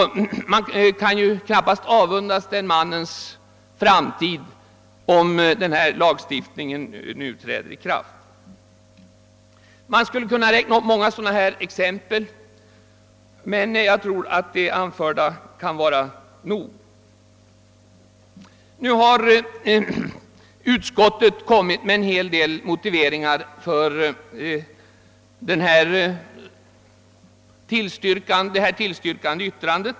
Man kan knappast avundas honom hans framtid, om denna lag träder i kraft. Jag skulle kunna räkna upp många sådana exempel, men jag tror att det anförda kan räcka. Utskottet har anfört en hel del motiveringar för sitt tillstyrkande av propositionens förslag.